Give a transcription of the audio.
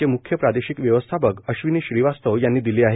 चे म्रख्य प्रादेशिक व्यवस्थापक अश्विनी श्रीवास्तव यांनी दिली आहे